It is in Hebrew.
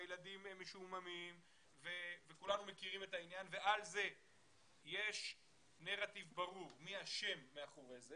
הילדים משועממים ועל זה יש נרטיב ברור מי שם ועומד מאחורי זה